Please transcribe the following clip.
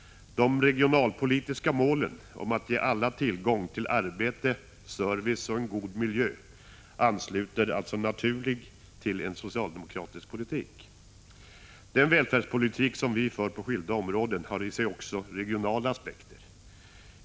De regionalpolitiska målen att ge alla tillgång till arbete, service och en god miljö ansluter alltså naturligt till en socialdemokratisk politik. Den välfärdspolitik som vi för på skilda områden har i sig också regionala aspekter.